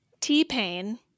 T-Pain